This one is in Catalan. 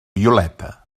violeta